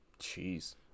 Jeez